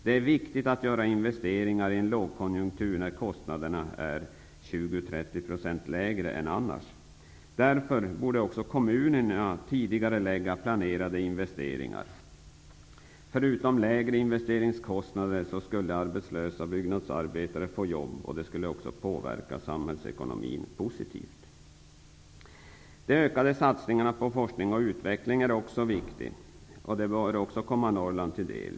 Det är viktigt att göra investeringar i en lågkonjunktur när kostnaderna är Därför borde också kommunerna tidigarelägga planerade investeringar. Förutom lägre investeringskostnader skulle arbetslösa byggnadsarbetare få jobb, och det skulle påverka samhällsekonomin positivt. De ökade satsningarna på forskning och utveckling är också viktiga och bör komma Norrland till del.